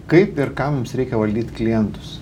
kaip ir kam mums reikia valdyt klientus